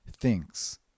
thinks